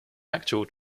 actual